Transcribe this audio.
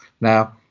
Now